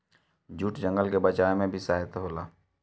jute जंगल के बचावे में भी सहायक होला